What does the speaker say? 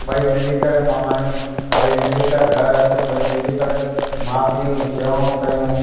ॿई मिली करे कमायूं ॿई मिली करे घरु अचूं ॿई मिली करे माउ पीउ जूं शेवाऊं कयूं